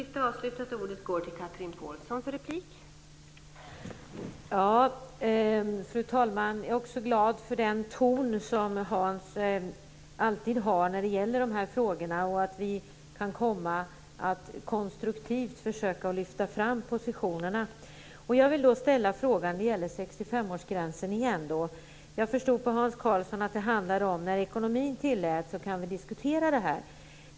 Fru talman! Jag är också glad för den ton som Hans Karlsson alltid har när det gäller de här frågorna och att vi konstruktivt kan försöka att lyfta fram positionerna. Jag vill ställa en fråga som gäller 65-årsgränsen igen. Jag förstod på Hans Karlsson att det handlade om att vi kan diskutera det när ekonomin tillåter.